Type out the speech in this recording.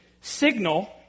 signal